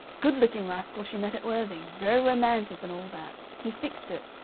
good-looking rascal she met at worthing. very romantic and all that. he fixed it.